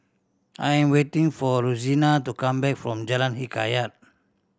I am waiting for Rosena to come back from Jalan Hikayat